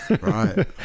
right